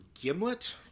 Gimlet